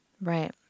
Right